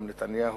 גם נתניהו,